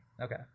Okay